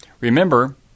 Remember